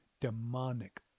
demonic